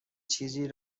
چیزی